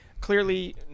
clearly